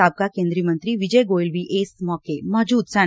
ਸਾਬਕਾ ਕੇਂਦਰੀ ਮੰਤਰੀ ਵਿਜੇ ਗੋਇਲ ਵੀ ਇਸ ਮੌਕੇ ਮੌਜੁਦ ਸਨ